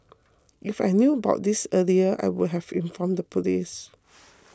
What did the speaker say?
if I knew about this earlier I would have informed the police